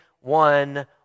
one